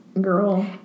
girl